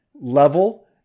level